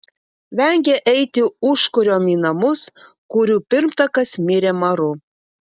vengė eiti užkuriom į namus kurių pirmtakas mirė maru